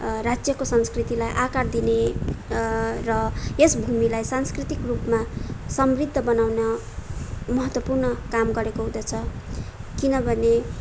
राज्यको संस्कृतिलाई आकार दिने र यस भूमिलाई सांस्कृतिक रूपमा समृद्ध बनाउन महत्त्वपूर्ण काम गरेको हुँदछ किनभने